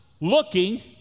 looking